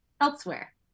elsewhere